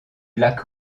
lac